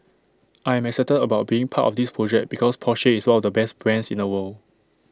I am excited about being part of this project because Porsche is one of the best brands in the world